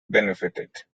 benefited